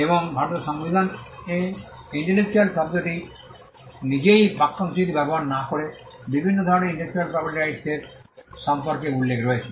এবং ভারতের সংবিধানে ইন্টেলেকচুয়াল সম্পদটি নিজেই বাক্যাংশটি ব্যবহার না করে বিভিন্ন ধরণের ইন্টেলেকচুয়াল প্রপার্টি রাইটস এর সম্পর্কে উল্লেখ রয়েছে